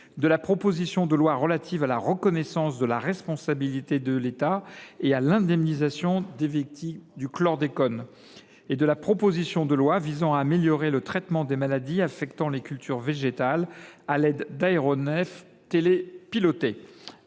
de la proposition de loi relative à la reconnaissance de la responsabilité de l’État et à l’indemnisation des victimes du chlordécone, ainsi que de la proposition de loi visant à améliorer le traitement des maladies affectant les cultures végétales à l’aide d’aéronefs télépilotés.